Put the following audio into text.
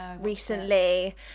recently